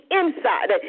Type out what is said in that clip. inside